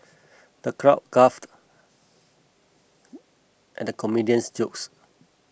the crowd guffawed at the comedian's jokes